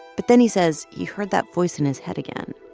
but then he says he heard that voice in his head again,